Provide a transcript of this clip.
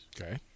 Okay